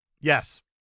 Yes